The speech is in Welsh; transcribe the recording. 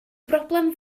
broblem